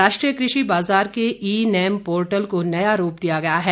राष्ट्रीय क्रषि बाजार के ई नैम पोर्टल को नया रूप दिया गया है